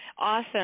Awesome